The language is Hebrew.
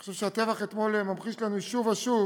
אני חושב שהטבח שהיה אתמול ממחיש לנו שוב מול